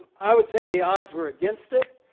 i would say the odds were against it.